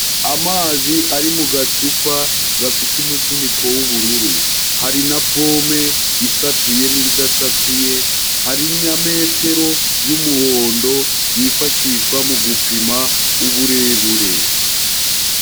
Amazi ari mu gacupa gafite umufuniko w'ubururu, hari na pome isatuye n'idasatuye, hari na metero y'umuhondo yifashishwa mu gupima uburebure.